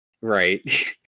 Right